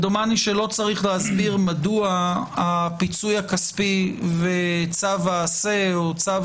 דומני שלא צריך להסביר מדוע הפיצוי הכספי וצו העשה או צו